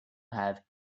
have